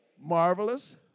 marvelous